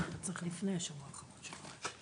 צריך לפני השבוע הראשון של מאי.